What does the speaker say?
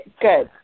good